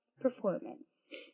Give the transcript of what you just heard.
performance